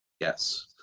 yes